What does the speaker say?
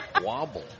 Wobble